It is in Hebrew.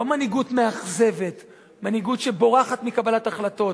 לא מנהיגות מאכזבת, מנהיגות שבורחת מקבלת החלטות.